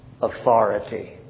authority